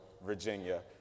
Virginia